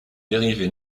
dérivé